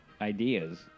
ideas